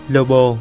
Lobo